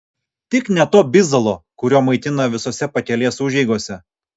tik ne to bizalo kuriuo maitina visose pakelės užeigose